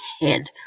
head